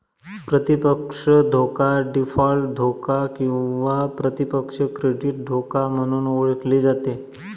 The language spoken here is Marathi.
प्रतिपक्ष धोका डीफॉल्ट धोका किंवा प्रतिपक्ष क्रेडिट धोका म्हणून ओळखली जाते